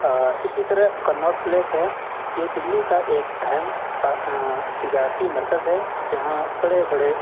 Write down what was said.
اسی طرح Connaught Place ہے یہ دہلی کا ایک اہم تا تجارتی مرکز ہے جہاں پڑے بڑے